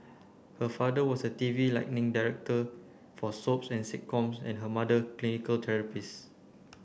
her father was a T V lighting director for soaps and sitcoms and her mother clinical therapist